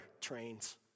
Trains